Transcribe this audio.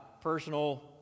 personal